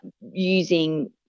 using